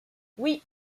oui